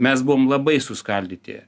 mes buvom labai suskaldyti